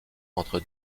entre